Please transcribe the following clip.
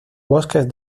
bosques